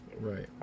Right